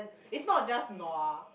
it's not just nua